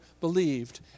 believed